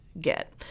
get